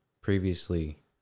previously